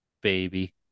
baby